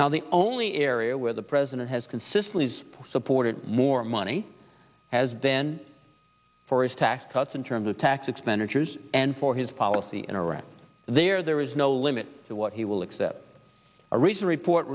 now the only area where the president has consistently supported more money has been for his tax cuts in terms of tax expenditures and for his policy in iraq there there is no limit to what he will accept a recent report